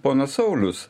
ponas saulius